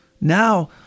now